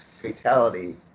fatality